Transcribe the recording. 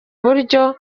buryo